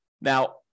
Now